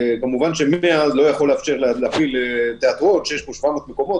כמובן ש- -- לא יכול לאפשר להפעיל תיאטרון שיש בו 700 מקומות,